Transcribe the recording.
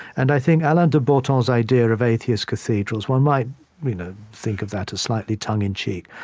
and i think alain de botton's idea of atheist cathedrals one might you know think of that as slightly tongue-in-cheek.